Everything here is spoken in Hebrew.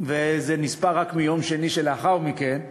וזה נספר רק מיום שני שלאחר מכן,